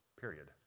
period